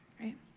right